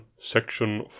Section